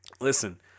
Listen